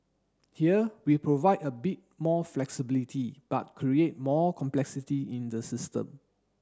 here we provide a bit more flexibility but create more complexity in the system